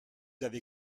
avez